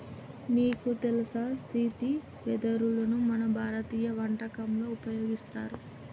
నీకు తెలుసా సీతి వెదరును మన భారతీయ వంటకంలో ఉపయోగిస్తారు